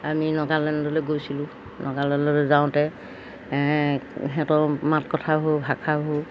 আমি নাগালেণ্ডলৈ গৈছিলোঁ নাগালেণ্ডলৈ যাওঁতে সিহঁতৰ মাত কথাবোৰ ভাষাবোৰ